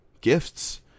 gifts